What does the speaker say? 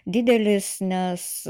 didelis nes